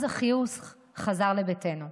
אז החיוך חזר לביתנו.